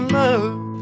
love